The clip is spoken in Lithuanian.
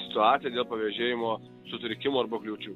situaciją dėl pavėžėjimo sutrikimų arba kliūčių